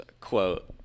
quote